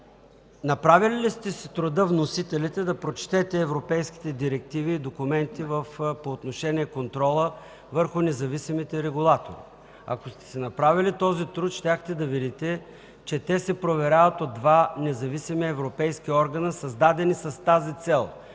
направихте ли си труда да прочетете европейските директиви и документи за контрола върху независимите регулатори? Ако сте си направили този труд, щяхте да видите, че те се проверяват от два независими европейски органа, създадени с тази цел